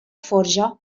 forja